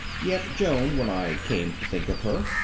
yet joan, when i came to think of her,